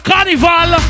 Carnival